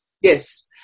Yes